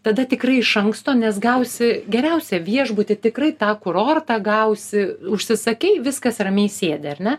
tada tikrai iš anksto nes gausi geriausią viešbutį tikrai tą kurortą gausi užsisakei viskas ramiai sėdi ar ne